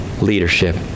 leadership